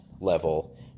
level